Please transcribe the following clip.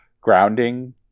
grounding